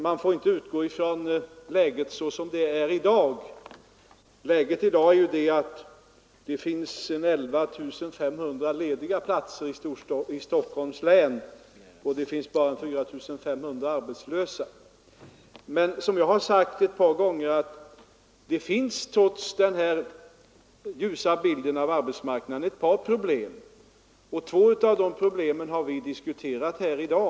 Man får inte utgå ifrån läget sådant det är i dag, då det finns 11 500 lediga platser i Stockholms län och bara 4 500 arbetslösa. Det finns, vilket jag sagt tidigare, trots den här ljusa bilden av arbetsmarknaden en del problem — två av dem har vi diskuterat här i dag.